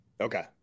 Okay